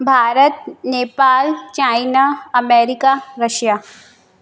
Bharat Nepal China America Russia